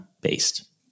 based